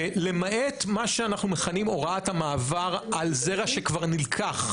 ולמעט מה שאנחנו מכנים הוראת המעבר על זרע שכבר נלקח.